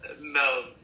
No